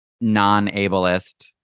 non-ableist